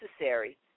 necessary